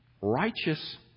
righteous